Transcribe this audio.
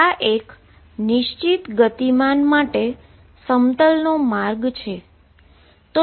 આ એક નિશ્ચિત મોમેન્ટમ માટે પ્લેનનો માર્ગ છે